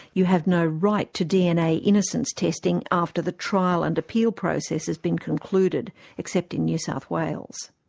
you have no right to dna innocence testing after the trial and appeal process has been concluded, except in new south wales.